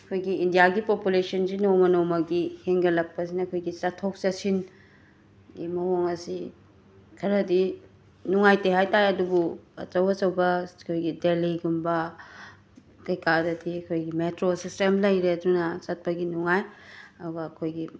ꯑꯩꯈꯣꯏꯒꯤ ꯏꯟꯗꯤꯌꯥꯒꯤ ꯄꯣꯄꯨꯂꯦꯁꯟꯁꯤ ꯅꯣꯡꯃ ꯅꯣꯡꯃꯒꯤ ꯍꯦꯟꯒꯠꯂꯛꯄꯁꯤꯅ ꯑꯩꯈꯣꯏꯒꯤ ꯆꯠꯊꯣꯛ ꯆꯠꯁꯤꯟꯒꯤ ꯃꯑꯣꯡ ꯑꯁꯤ ꯈꯔꯗꯤ ꯅꯨꯉꯥꯏꯇꯦ ꯍꯥꯏ ꯇꯥꯏ ꯑꯗꯨꯕꯨ ꯑꯆꯧ ꯑꯆꯧꯕ ꯑꯩꯈꯣꯏꯒꯤ ꯗꯦꯂꯤꯒꯨꯝꯕ ꯀꯩꯀꯥꯗꯗꯤ ꯑꯩꯈꯣꯏꯒꯤ ꯃꯦꯇ꯭ꯔꯣ ꯁꯤꯁꯇꯦꯝ ꯂꯩꯔꯦ ꯑꯗꯨꯅ ꯆꯠꯄꯒꯤ ꯅꯨꯡꯉꯥꯏ ꯑꯗꯨꯒ ꯑꯩꯈꯣꯏꯒꯤ